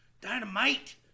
Dynamite